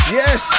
yes